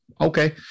Okay